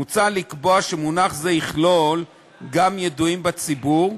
מוצע לקבוע שמונח זה יכלול גם ידועים בציבור,